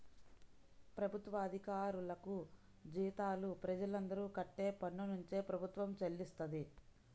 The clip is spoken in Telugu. ప్రభుత్వ అధికారులకు జీతాలు ప్రజలందరూ కట్టే పన్నునుంచే ప్రభుత్వం చెల్లిస్తది